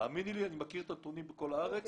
האמיני לי, אני מכיר את הנתונים בכל הארץ.